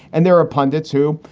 and there are pundits who,